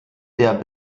der